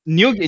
New